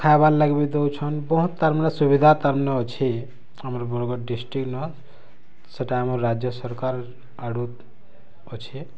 ଆଉ ଖାଏ ବାର୍ ଲାଗି ବି ଦେଉଛନ୍ ବହୁତ୍ ତାର୍ ମାନେ ସୁବିଧା ତାର୍ ମାନେ ଅଛେ ଆମର୍ ବରଗଡ଼୍ ଡିଷ୍ଟ୍ରିକ୍ଟ୍ ନ ସେଇଟା ଆମର୍ ରାଜ୍ୟ ସରକାର୍ ଆଡ଼ୁ ଅଛେ